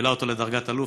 והעלה אותו לדרגת אלוף.